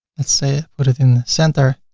let's say put it in center.